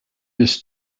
this